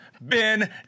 Ben